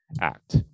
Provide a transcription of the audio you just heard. act